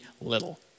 little